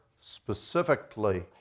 specifically